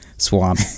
swamp